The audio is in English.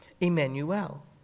Emmanuel